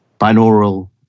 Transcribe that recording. binaural